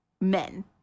men